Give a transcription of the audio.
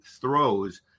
throws